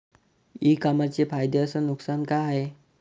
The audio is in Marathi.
इ कामर्सचे फायदे अस नुकसान का हाये